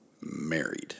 Married